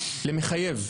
למחייב.